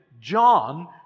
John